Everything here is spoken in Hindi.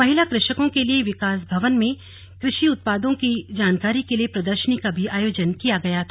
महिला कृषकों के लिए विकास भवन में कृषि उत्पादों की जानकारी के लिए प्रदर्शनी का भी आयोजन किया गया था